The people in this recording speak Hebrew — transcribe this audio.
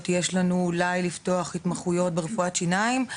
יש לנו ואולי לפתוח התמחויות ברפואת שיניים.